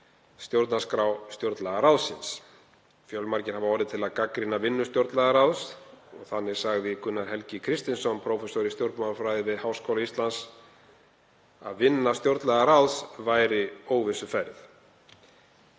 stjórnarskrá stjórnlagaráðsins. Fjölmargir hafa orðið til að gagnrýna vinnu stjórnlagaráðs. Þannig sagði Gunnar Helgi Kristinsson, prófessor í stjórnmálafræði við Háskóla Íslands, að vinna stjórnlagaráðs væri óvissuferð.